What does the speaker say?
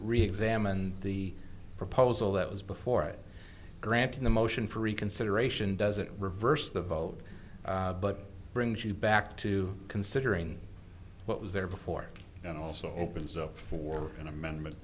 reexamine the proposal that was before granting the motion for reconsideration doesn't reverse the vote but brings you back to considering what was there before and also opens up for an amendment